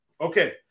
Okay